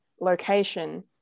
location